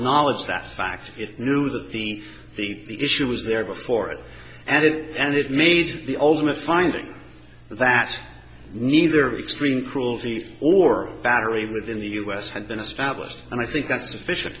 acknowledged that fact it knew that the the issue was there before it and it made the ultimate finding that neither extreme cruelty or battery within the u s had been established and i think that's sufficient